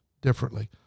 differently